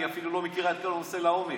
היא אפילו לא מכירה את כל הנושא לעומק.